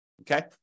okay